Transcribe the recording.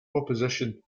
opposition